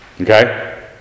Okay